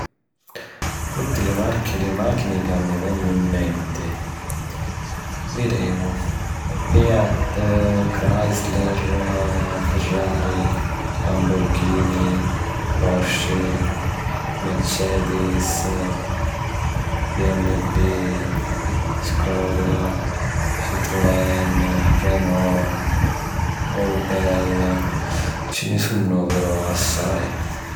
Tutti li marchi di màchini ca mi vennu in menti... videmu: Fiat, Chriysler, Firrari, Lamborghini, Porscie, Mercedis, BiEmmiWi, Skoda, Citroen, Renault, Opel... ci ni sunnu veru assai.